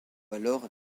alors